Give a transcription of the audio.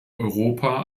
europa